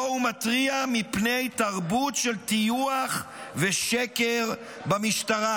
ובו הוא מתריע מפני תרבות של טיוח ושקר במשטרה.